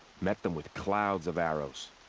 met them with clouds of arrows!